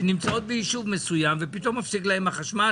שנמצאות ביישוב מסוים ופתאום מפסיק להן החשמל,